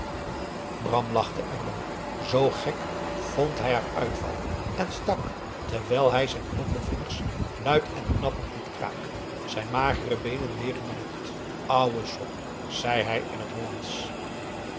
bram lachte erom zoo gek vond hij haar uitval en stak terwijl hij zijn knokkelvingers luid en knappend liet kraken zijn magere beenen weer in de lucht ouwe sok zei hij in t hollandsch